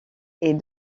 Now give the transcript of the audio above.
est